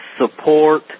support